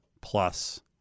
plus